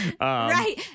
Right